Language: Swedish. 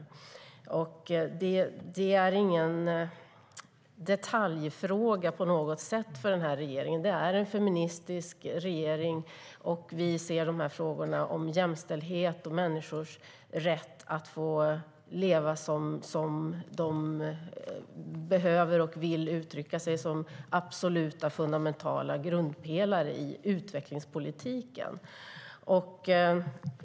Det är ingen detaljfråga på något sätt för denna regering. Det är en feministisk regering, och vi ser dessa frågor om jämställdhet och människors rätt att få leva som de vill som absoluta och fundamentala grundpelare i utvecklingspolitiken.